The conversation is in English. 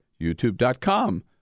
youtube.com